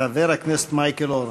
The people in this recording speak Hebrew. חבר הכנסת מייקל אורן.